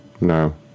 No